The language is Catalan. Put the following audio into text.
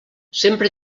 sempre